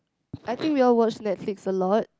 I think we all watch Netflix a lot